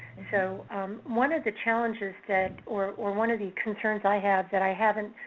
so one of the challenges that, or or one of the concerns i had that i haven't,